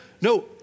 No